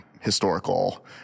historical